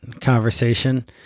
conversation